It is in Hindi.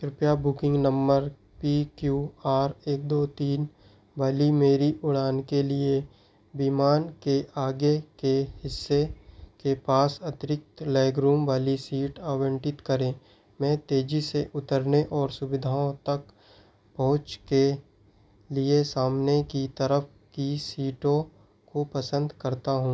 कृपया booking number P Q R एक दो तीन वाली मेरी उड़ान के लिए विमान के आगे के हिस्से के पास अतिरिक्त लैगरूम वाली सीट आवंटित करें मैं तेजी से उतरने और सुविधाओं तक पहुँच के लिए सामने की तरफ की सीटों को पसंद करता हूँ